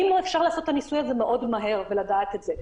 אם אפשר לעשות הניסוי הזה מאוד מהר ולדעת את זה,